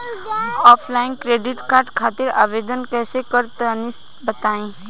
Offline credit card खातिर आवेदन कइसे करि तनि बताई?